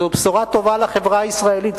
וזו בשורה טובה לחברה הישראלית,